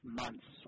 months